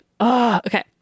Okay